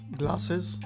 glasses